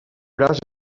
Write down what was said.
braç